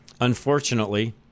Unfortunately